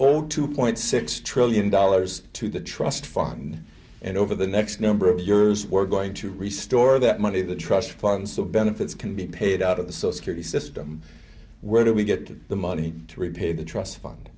want to point six trillion dollars to the trust fund and over the next number of yours we're going to restart that money the trust fund so benefits can be paid out of the so security system where do we get the money to repay the trust fund